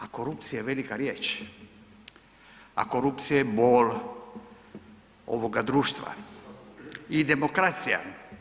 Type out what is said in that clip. A korupcija je velika riječ, a korupcija je bol ovoga društva i demokracija.